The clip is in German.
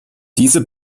diese